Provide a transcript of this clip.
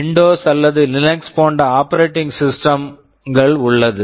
Windows Windows அல்லது Linux Linux போன்ற operating system operating system கள் உள்ளது